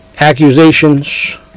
accusations